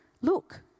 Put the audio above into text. Look